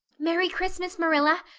merry christmas, marilla!